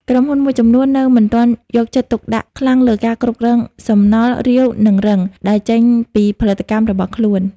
ក្រុមហ៊ុនមួយចំនួននៅមិនទាន់យកចិត្តទុកដាក់ខ្លាំងលើ ការគ្រប់គ្រងសំណល់ រាវ និងរឹង ដែលចេញពីផលិតកម្មរបស់ខ្លួន។